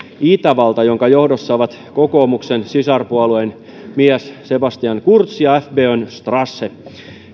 itävalta jonka johdossa ovat kokoomuksen sisarpuolueen mies sebastian kurz ja fpön strache